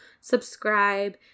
subscribe